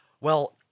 Well-